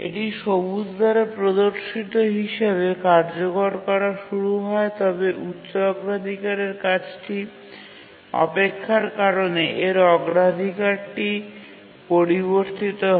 এটি সবুজ দ্বারা প্রদর্শিত হিসাবে কার্যকর করা শুরু করে তবে উচ্চ অগ্রাধিকারের কাজটির অপেক্ষার কারনে এর অগ্রাধিকারটি পরিবর্তিত হয়